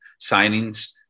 signings